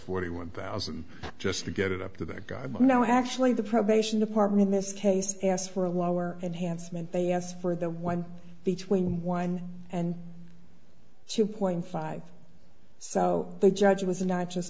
forty one thousand just to get it up to their god no actually the probation department in this case asked for a lower and handsome and they asked for the one between one and two point five so the judge was not just